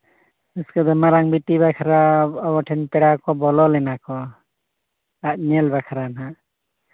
ᱨᱟᱹᱥᱠᱟᱹ ᱫᱚ ᱢᱟᱨᱟᱝ ᱵᱤᱴᱤ ᱵᱟᱠᱷᱨᱟ ᱟᱵᱚ ᱴᱷᱮᱱ ᱯᱮᱲᱟ ᱠᱚ ᱵᱚᱞᱚ ᱞᱮᱱᱟ ᱠᱚ ᱟᱡ ᱧᱮᱞ ᱵᱟᱠᱷᱨᱟ ᱦᱟᱸᱜ